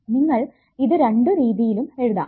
നിങ്ങൾ ഇത് രണ്ടു രീതിയിലും എഴുതാം